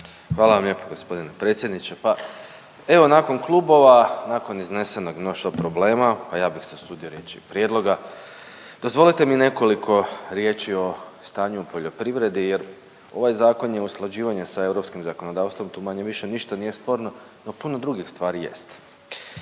Hvala vam lijepo g. predsjedniče. Pa evo nakon klubova, nakon iznesenog mnoštva problema, pa ja bih se usudio reći i prijedloga, dozvolite mi nekoliko riječi o stanju u poljoprivredi jer ovaj zakon je usklađivanje sa europskim zakonodavstvom, tu manje-više ništa nije sporno, no puno drugih stvari jest.